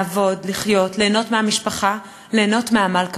לעבוד, לחיות, ליהנות מהמשפחה, ליהנות מעמל כפיהם.